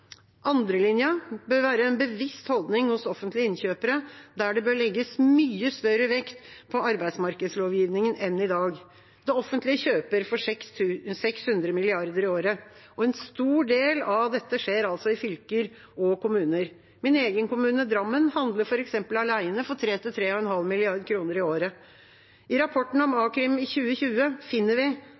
bør være en bevisst holdning hos offentlige innkjøpere, der det bør legges mye større vekt på arbeidsmarkedslovgivningen enn i dag. Det offentlige kjøper for 600 mrd. kr i året, og en stor del av dette skjer i fylker og kommuner. Min egen kommune, Drammen, handler f.eks. alene for 3–3,5 mrd. kr i året. I rapporten om a-krim fra 2020 finner vi